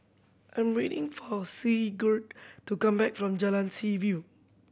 I'm waiting for Sigurd to come back from Jalan Seaview